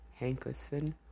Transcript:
Hankerson